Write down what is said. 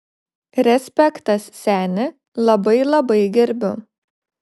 respektas seni labai labai gerbiu